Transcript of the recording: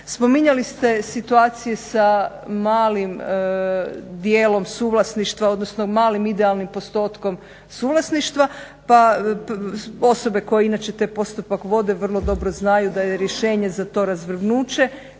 Spominjali ste situacije sa malim dijelom suvlasništva, odnosno malim idealnim postotkom suvlasništva pa osobe koje inače taj postupak vode vrlo dobro znaju da je rješenje za to razvrgnuće.